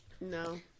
No